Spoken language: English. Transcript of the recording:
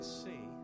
see